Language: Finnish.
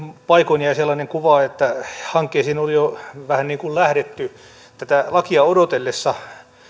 paikoin jäi sellainen kuva että hankkeisiin oli jo vähän niin kuin lähdetty tätä lakia odotellessa